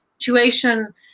situation